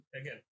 again